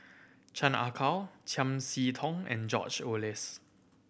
Chan Ah Kow Chiam See Tong and George Oehlers